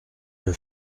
vais